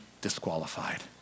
disqualified